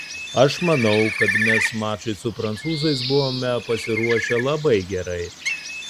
aš manau kad mes mačui su prancūzais buvome pasiruošę labai gerai